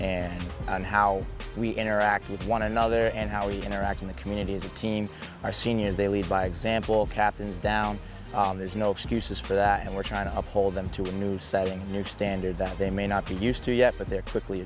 and and how we interact with one another and how we interact in the community as a team our seniors they lead by example all captains down there's no excuses for that and we're trying to uphold them to a new setting a new standard that they may not be used to yet but they're quickly